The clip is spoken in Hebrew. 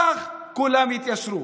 כך כולם יתיישרו.